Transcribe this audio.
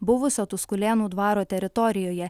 buvusio tuskulėnų dvaro teritorijoje